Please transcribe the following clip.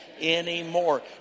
anymore